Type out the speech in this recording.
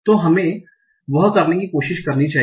तो हमें वह करने की कोशिश करनी चाहिए